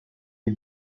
les